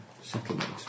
settlement